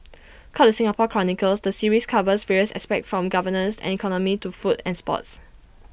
called the Singapore chronicles the series covers various aspects from governance and economy to food and sports